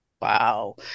Wow